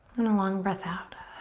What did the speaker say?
and a long breath out.